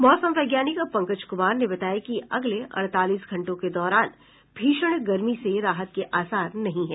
मौसम वैज्ञानिक पंकज कुमार ने बताया कि अगले अड़तालीस घंटों के दौरान भीषण गर्मी से राहत के आसार नहीं हैं